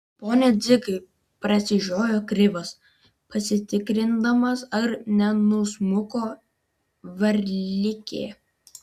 pone dzigai prasižiojo krivas pasitikrindamas ar nenusmuko varlikė